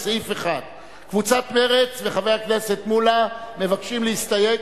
לסעיף 1. קבוצת סיעת מרצ וחבר הכנסת מולה מבקשים להסתייג.